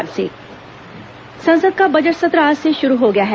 संसद बजट सत्र संसद का बजट सत्र आज से शुरू हो गया है